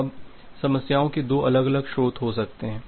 अब समस्याओं के दो अलग अलग स्रोत हो सकते हैं